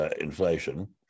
inflation